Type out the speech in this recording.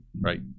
right